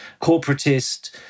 corporatist